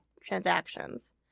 transactions